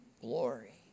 glory